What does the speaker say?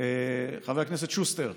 חבר הכנסת שוסטר,